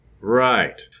Right